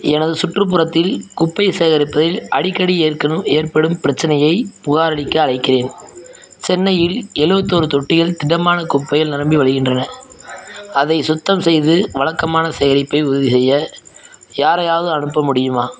எனது சுற்றுப்புறத்தில் குப்பை சேகரிப்பதில் அடிக்கடி ஏற்கணும் ஏற்படும் பிரச்சனையைப் புகாரளிக்க அழைக்கிறேன் சென்னையில் எழுவத்தொரு தொட்டிகள் திடமான குப்பைகள் நிரம்பி வழிகின்றன அதை சுத்தம் செய்து வழக்கமான சேகரிப்பை உறுதிசெய்ய யாரையாவது அனுப்ப முடியுமா